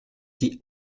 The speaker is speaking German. die